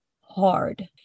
hard